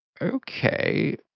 okay